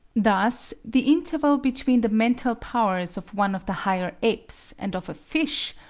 thus the interval between the mental powers of one of the higher apes and of a fish,